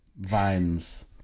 vines